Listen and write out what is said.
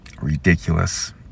ridiculous